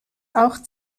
auch